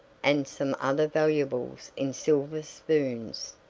and some other valuables in silver spoons,